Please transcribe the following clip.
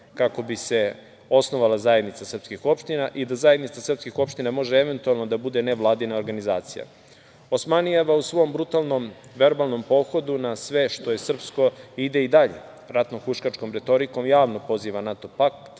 kako bi se osnovala zajednica srpskih opština i da zajednica srpskih opština može eventualno da bude nevladina organizacija. Osmanijeva u svom brutalnom verbalnom pohodu na sve što je srpsko ide i dalje. Ratno-huškačkom retorikom javno poziva NATO pakt